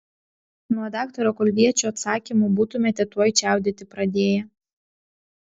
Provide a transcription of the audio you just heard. nuo daktaro kulviečio atsakymų būtumėte tuoj čiaudėti pradėję